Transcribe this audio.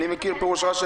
אני מסתכלת על החוזר.